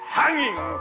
hanging